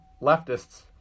leftists